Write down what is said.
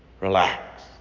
relax